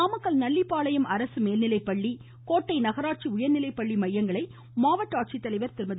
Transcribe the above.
நாமக்கல் நல்லிப்பாளையம் அரசு மேல்நிலைப்பள்ளி கோட்டை நகராட்சி உயா்நிலைப்பள்ளி மையங்களை மாவட்ட ஆட்சித்தலைவா் திருமதி